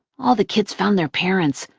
all the kids found their parents,